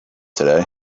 today